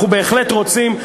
אנחנו בהחלט רוצים,